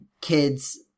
kids